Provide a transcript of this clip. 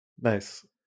nice